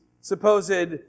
supposed